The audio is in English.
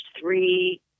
three